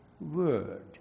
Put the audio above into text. word